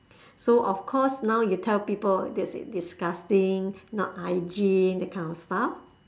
so of course now you tell people they'll say disgusting not hygiene that kind of stuff